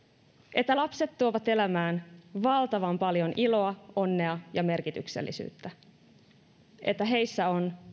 että lapset tuovat elämään valtavan paljon iloa onnea ja merkityksellisyyttä ja että heissä on